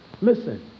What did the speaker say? Listen